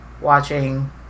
watching